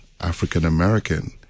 African-American